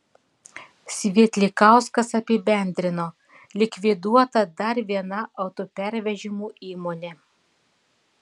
svietlikauskas apibendrino likviduota dar viena autopervežimų įmonė